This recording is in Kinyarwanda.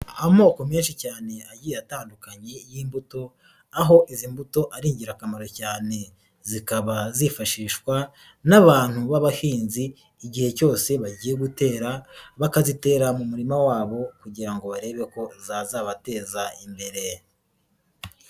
Amoko menshi cyane agiye atandukanye y'imbuto, aho izi mbuto ari ingirakamaro cyane zikaba zifashishwa n'abantu b'abahinzi igihe cyose bagiye gutera bakazitera mu murima wabo kugira ngo barebe ko zazabateza imbere.